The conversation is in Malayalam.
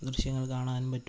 ദൃശ്യങ്ങള് കാണാനും പറ്റും